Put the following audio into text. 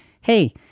hey